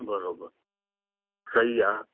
बराबरि सई आहे